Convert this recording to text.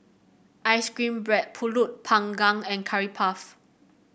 ice cream bread pulut panggang and Curry Puff